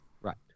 Right